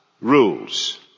rules